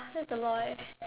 that's the law right